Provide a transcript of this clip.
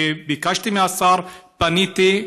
וביקשתי מהשר ופניתי,